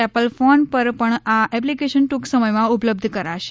Apple phone પર પણ આ એપ્લિકેશન ટૂંક સમયમાં ઉપલબ્ઘ કરાશે